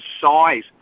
size